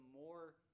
more